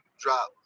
drop